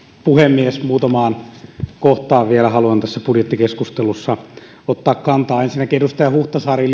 puhemies muutamaan kohtaan vielä haluan tässä budjettikeskustelussa ottaa kantaa ensinnäkin edustaja huhtasaari